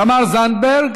תמר זנדברג,